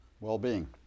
well-being